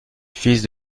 fils